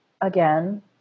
again